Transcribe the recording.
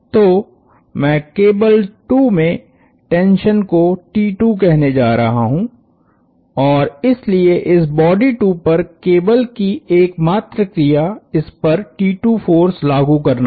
तो मैं केबल 2 में टेंशन को कहने जा रहा हूं और इसलिए इस बॉडी 2 पर केबल की एकमात्र क्रिया इसपर फोर्स लागु करना है